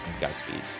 godspeed